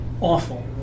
awful